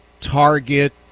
Target